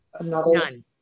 none